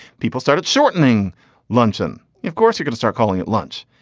people started shortening luncheon. of course you got to start calling it lunch.